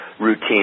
routine